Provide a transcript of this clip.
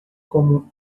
como